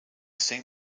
same